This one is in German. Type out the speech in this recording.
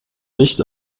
licht